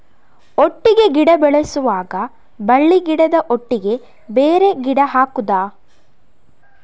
ಒಟ್ಟಿಗೆ ಗಿಡ ಬೆಳೆಸುವಾಗ ಬಳ್ಳಿ ಗಿಡದ ಒಟ್ಟಿಗೆ ಬೇರೆ ಗಿಡ ಹಾಕುದ?